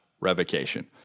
revocation